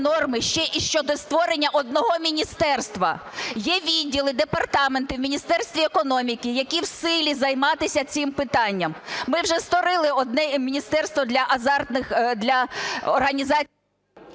норми, ще і щодо створення одного міністерства? Є відділи, департаменти в Міністерстві економіки, які в силі займатися цим питанням. Ми вже створили одне міністерство для азартних,